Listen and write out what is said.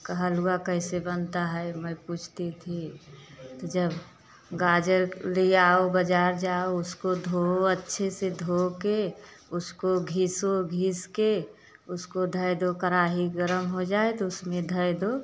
का हलुवा कैसे बनता है मैं पूछती थी तो जब गाजर ले आओ बजार जाओ उसको धोओ अच्छे से धोके उसको घिसो घिस के उसको धर दो कराही गरम हो जाए तो उसमें धर दो